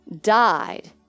died